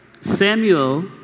Samuel